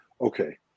okay